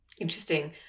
Interesting